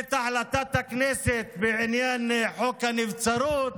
את החלטת הכנסת בעניין חוק הנבצרות,